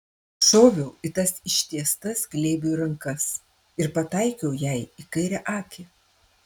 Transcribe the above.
šoviau į tas ištiestas glėbiui rankas ir pataikiau jai į kairę akį